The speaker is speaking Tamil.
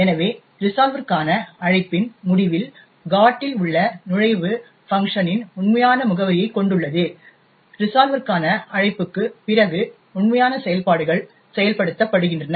எனவே ரிசால்வர்கான அழைப்பின் முடிவில் GOT இல் உள்ள நுழைவு func இன் உண்மையான முகவரியைக் கொண்டுள்ளது ரிசால்வர்கான அழைப்புக்குப் பிறகு உண்மையான செயல்பாடுகள் செயல்படுத்தப்படுகின்றன